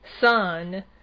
son